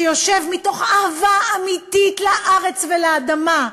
שיושב מתוך אהבה אמיתית לארץ ולאדמה,